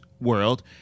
world